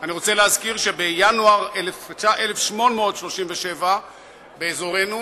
אני רוצה להזכיר שבינואר 1837 אירעה באזורנו